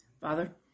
Father